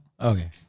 Okay